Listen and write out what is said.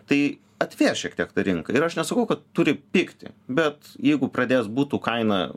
tai atvės šiek tiek ta rinka ir aš nesakau kad turi pigti bet jeigu pradės butų kaina